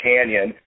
Canyon